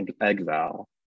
exile